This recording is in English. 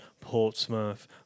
Portsmouth